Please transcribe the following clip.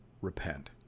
repent